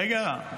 רגע,